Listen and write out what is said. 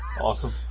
Awesome